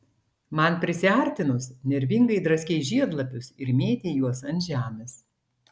man prisiartinus nervingai draskei žiedlapius ir mėtei juos ant žemės